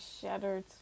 shattered